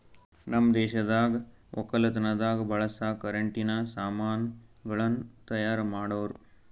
ನಮ್ ದೇಶದಾಗ್ ವಕ್ಕಲತನದಾಗ್ ಬಳಸ ಕರೆಂಟಿನ ಸಾಮಾನ್ ಗಳನ್ನ್ ತೈಯಾರ್ ಮಾಡೋರ್